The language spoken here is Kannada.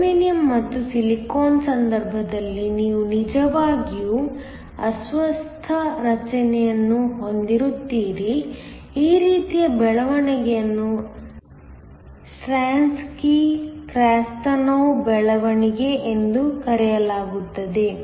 ಜರ್ಮೇನಿಯಮ್ ಮತ್ತು ಸಿಲಿಕಾನ್ ಸಂದರ್ಭದಲ್ಲಿ ನೀವು ನಿಜವಾಗಿಯೂ ಅಸ್ವಸ್ಥ ರಚನೆಯನ್ನು ಹೊಂದಿರುತ್ತೀರಿ ಈ ರೀತಿಯ ಬೆಳವಣಿಗೆಯನ್ನು ಸ್ಟ್ರಾನ್ಸ್ಕಿ ಕ್ರಾಸ್ತನೋವ್ ಬೆಳವಣಿಗೆ ಎಂದು ಕರೆಯಲಾಗುತ್ತದೆ